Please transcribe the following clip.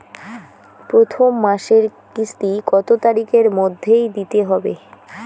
প্রথম মাসের কিস্তি কত তারিখের মধ্যেই দিতে হবে?